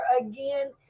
again